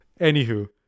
Anywho